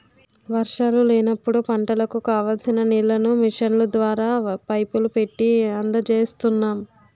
వర్షాలు లేనప్పుడు పంటలకు కావాల్సిన నీళ్ళను మిషన్ల ద్వారా, పైపులు పెట్టీ అందజేస్తున్నాం